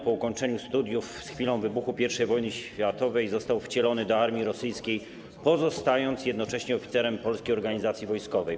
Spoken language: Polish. Po ukończeniu studiów, z chwilą wybuchu I wojny światowej został wcielony do armii rosyjskiej, pozostając jednocześnie oficerem Polskiej Organizacji Wojskowej.